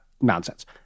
Nonsense